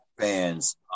fans